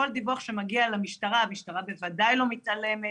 כל דיווח שמגיע למשטרה המשטרה בוודאי לא מתעלמת.